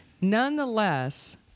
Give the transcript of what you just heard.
Nonetheless—